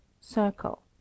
circle